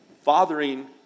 Fathering